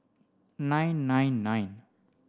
nine nine nine